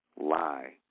lie